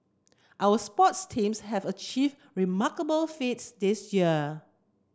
our sports teams have achieve remarkable feats this year